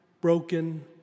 broken